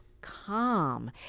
calm